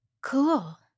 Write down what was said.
Cool